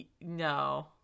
No